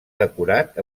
decorat